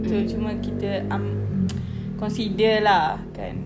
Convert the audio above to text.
so cuma kita am~ consider lah kan